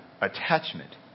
attachment